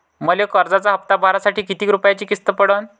मले कर्जाचा हप्ता भरासाठी किती रूपयाची किस्त पडन?